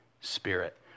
Spirit